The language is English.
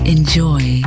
Enjoy